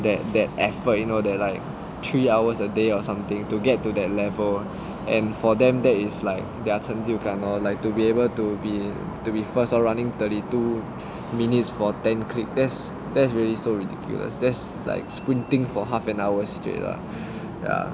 that that effort you know they're like three hours a day or something to get to that level and for them that is like their 成就感 lor like to be able to be to be first lor running thirty two minutes for ten click that's that's really so ridiculous that's like squinting for half an hour straight lah ya